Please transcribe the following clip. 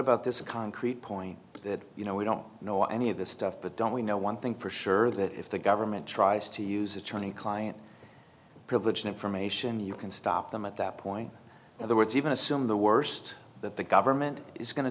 about this concrete point that you know we don't know any of this stuff but don't we know one thing for sure that if the government tries to use attorney client privilege information you can stop them at that point other words even assume the worst that the government is going to